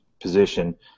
position